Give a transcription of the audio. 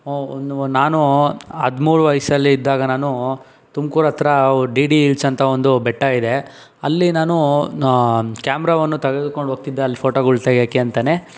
ಒ ಒಂದು ನಾನು ಹದಿಮೂರು ವಯಸಲ್ಲಿ ಇದ್ದಾಗ ನಾನು ತುಮಕೂರು ಹತ್ರ ಡಿ ಡಿ ಇಲ್ಸ್ ಅಂತ ಒಂದು ಬೆಟ್ಟ ಇದೆ ಅಲ್ಲಿ ನಾನು ಕ್ಯಾಮ್ರಾವನ್ನು ತೆಗೆದುಕೊಂಡು ಹೋಗ್ತಿದ್ದೆ ಅಲ್ಲಿ ಫೋಟೋಗಳು ತೆಗೆಯೋಕ್ಕೆ ಅಂತನೇ